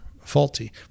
faulty